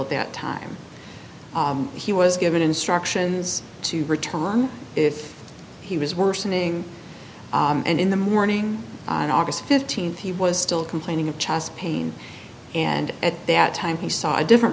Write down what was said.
at that time he was given instructions to return if he was worsening and in the morning on august fifteenth he was still complaining of chest pain and at that time he saw a different